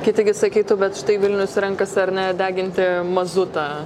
kiti gi sakytų bet štai vilnius renkasi ar ne deginti mazutą